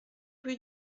rue